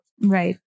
Right